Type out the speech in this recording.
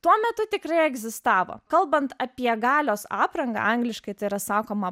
tuo metu tikrai egzistavo kalbant apie galios aprangą angliškai tai yra sakoma